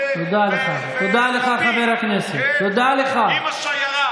נדרשת באמת התנצלות על הביטויים שבהם השתמשתם.